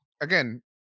again